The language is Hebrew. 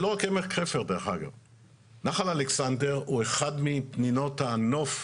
זה לא רק עמק חפר נחל אלכסנדר הוא אחד מפנינות הנוף,